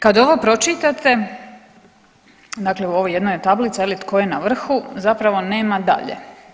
Kad ovo pročitate, dakle u ovoj jednoj je tablica tko je na vrhu, zapravo nema dalje.